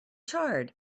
charred